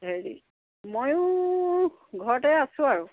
হেৰি ময়ো ঘৰতে আছোঁ আৰু